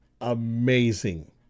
amazing